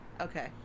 Okay